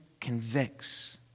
convicts